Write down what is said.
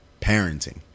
parenting